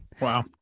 wow